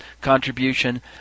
contribution